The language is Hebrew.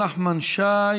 נחמן שי,